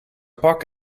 pak